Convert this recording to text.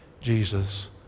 Jesus